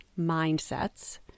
mindsets